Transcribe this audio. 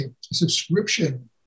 subscription